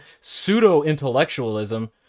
pseudo-intellectualism